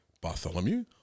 Bartholomew